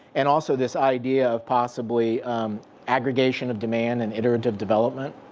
and also this idea of possibly aggregation of demand and iterative development.